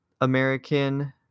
American